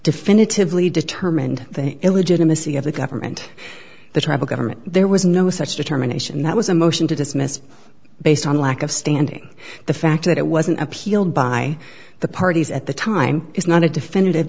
definitively determined the illegitimacy of the government the tribal government there was no such determination that was a motion to dismiss based on lack of standing the fact that it wasn't appealed by the parties at the time is not a definitive